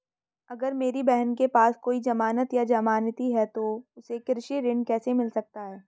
अगर मेरी बहन के पास कोई जमानत या जमानती नहीं है तो उसे कृषि ऋण कैसे मिल सकता है?